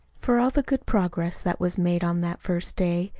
for all the good progress that was made on that first day,